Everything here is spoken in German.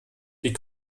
die